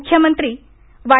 मुख्यमंत्री वाय